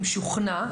אם שוכנע,